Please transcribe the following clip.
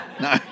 No